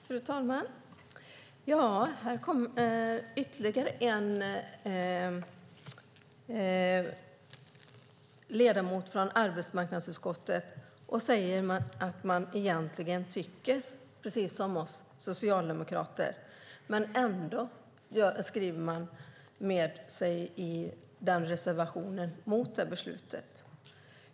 Fru talman! Här kommer ytterligare en ledamot från arbetsmarknadsutskottet och säger att man egentligen tycker precis som vi socialdemokrater men ändå tillstyrker reservationen mot beslutet.